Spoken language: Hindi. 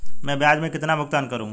मैं ब्याज में कितना भुगतान करूंगा?